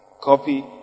Copy